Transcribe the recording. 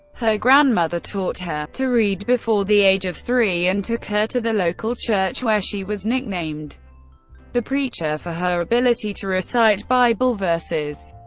her grandmother taught her to read before the age of three and took her to the local church, where she was nicknamed the preacher for her ability to recite bible verses.